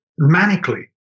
manically